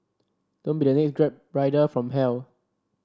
don't be the next Grab rider from hell